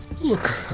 Look